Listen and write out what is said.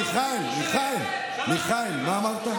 מיכאל, מה אמרת?